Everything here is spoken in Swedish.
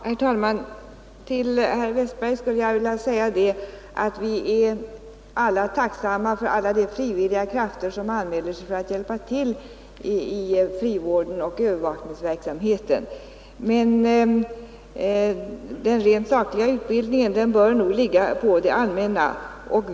Herr talman! Till herr Westberg i Ljusdal vill jag säga att vi alla är tacksamma för de frivilliga krafter som anmäler sig för att hjälpa till i frivården och i övervakningsverksamheten. Den rent sakliga utbildningen bör emellertid ligga på det allmänna.